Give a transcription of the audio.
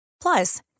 Plus